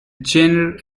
genre